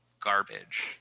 garbage